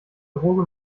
droge